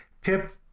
Pip